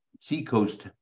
seacoast